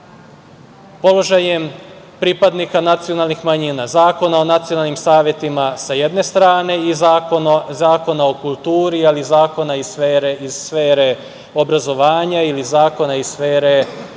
bave položajem pripadnika nacionalnih manjina Zakon o nacionalnim savetima sa jedne strane i Zakon o kulturi, ali i Zakona iz sfere obrazovanja ili Zakona iz sfere